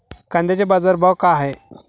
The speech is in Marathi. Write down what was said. कांद्याचे बाजार भाव का हाये?